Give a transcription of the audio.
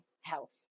health